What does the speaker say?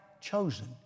chosen